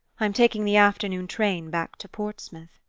i'm taking the afternoon train back to portsmouth.